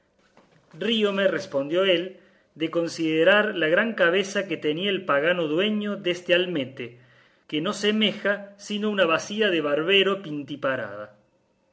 quijote ríome respondió él de considerar la gran cabeza que tenía el pagano dueño deste almete que no semeja sino una bacía de barbero